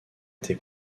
été